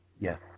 Yes